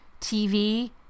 TV